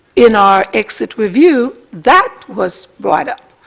in our exit review, that was brought up.